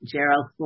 Gerald